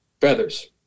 feathers